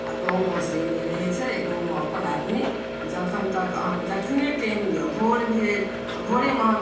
आ गाँवमे से नहि रहैत छै गाँवमे अपन आदमी जखन तक अहाँक जखने टाइम यऽ भोर भेल तऽ भोरेमे अहाँ